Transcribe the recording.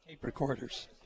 Recorders